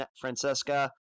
Francesca